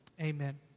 Amen